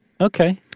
Okay